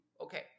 Okay